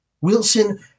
Wilson